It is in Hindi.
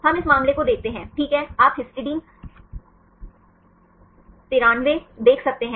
हम इस मामले को देखते हैं ठीक है आप हिस्टिडीन 93 देख सकते हैं